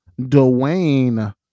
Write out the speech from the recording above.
Dwayne